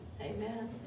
Amen